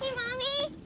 yeah mommy.